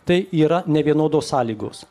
tai yra nevienodos sąlygos